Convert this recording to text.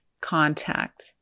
contact